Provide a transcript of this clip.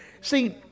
See